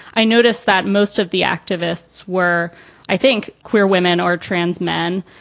i noticed that most of the activists were i think queer women are trans men.